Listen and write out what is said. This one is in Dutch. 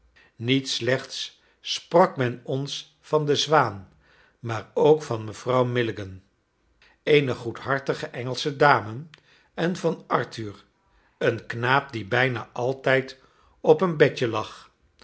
niet slechts sprak men ons van de zwaan maar ook van mevrouw milligan eene goedhartige engelsche dame en van arthur een knaap die bijna altijd op een bedje lag